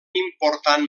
important